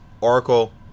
oracle